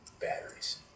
batteries